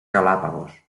galápagos